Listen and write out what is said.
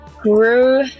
grew